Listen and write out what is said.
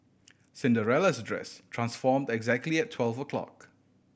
Cinderella's dress transformed exactly twelve o'clock